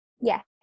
Yes